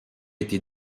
été